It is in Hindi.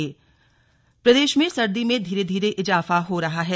स्लग मौसम प्रदेश में सर्दी में धीरे धीरे इजाफा हो रहा है